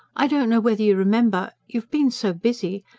i don't know whether you remember. you've been so busy.